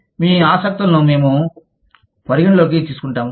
మేము మీ ఆసక్తులను పరిగణనలోకి తీసుకుంటాము